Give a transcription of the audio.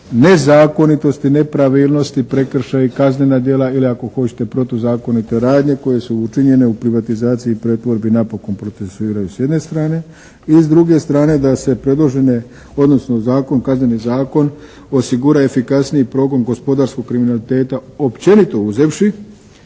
nezakonitost I nepravilnost i prekršaji, kaznena djela ili ako hoćete protuzakonite radnje koje su učinjene u privatizaciji i pretvorbi napokon procesuiraju s jedne strane. I s druge strane, da se predložene odnosno zakon, Kazneni zakon osigura efikasniji progon gospodarskog kriminaliteta općenito uzevši